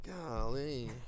Golly